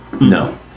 No